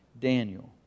Daniel